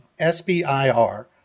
SBIR